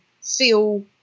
feel